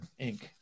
Inc